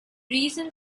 reason